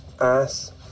ass